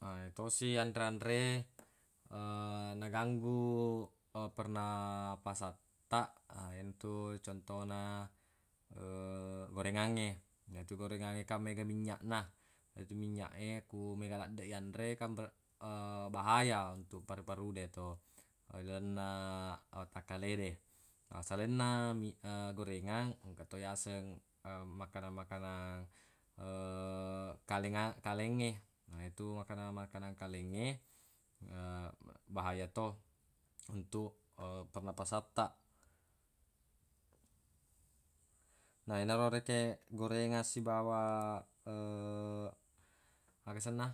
Yetosi anre-anre naganggu pernapasattaq yenatu contona gorengangnge yetu gorengangnge kan mega minynyaqna yetu minynyaq e ku mega laddeq yanre kan ber- bahaya untuq paru-paru de atau lalenna watakkale de na salainna mi- gorengang engka to yaseng makanan-makanan kalenga- kalengnge na yetu makanan-makanan kalengnge bahaya to untuq pernapasattaq na erona rekeng gorengang sibawa aga senna